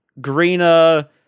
greener